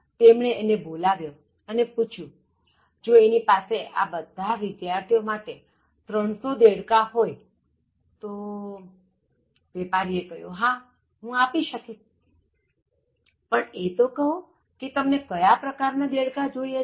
તેમણે એને બોલાવ્યો અને પૂછ્યું જો એની પાસે બધા વિદ્યાર્થી ઓ માટે 300 દેડકા હોય તોવેપારી એ કહ્યું કે હાહું આપી શકીશ પણ એ તો કહો કે તમને કયા પ્રકાર ના દેડકા જોઇએ છે